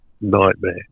nightmare